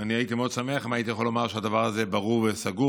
אני הייתי מאוד שמח אם הייתי יכול לומר שהדבר ברור וסגור,